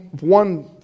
one